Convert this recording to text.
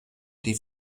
die